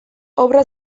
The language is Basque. obra